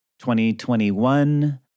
2021